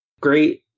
great